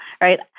right